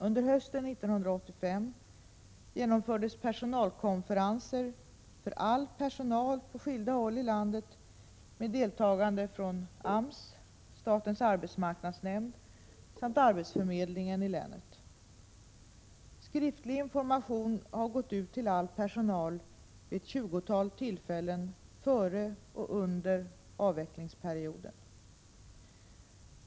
Under hösten 1985 genomfördes personalkonferenser för all personal på skilda håll i landet med deltagande från AMS, statens arbetsmarknadsnämnd samt arbetsförmedlingen i länet. Skriftlig information gick ut till all personal vid ett 20-tal tillfällen före och under avvecklingsperioden.